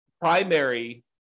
primary